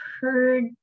heard